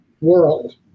world